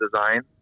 design